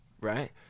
right